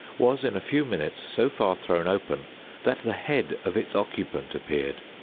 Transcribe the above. was in a few minutes so far thrown open that the head of its occupant appeared.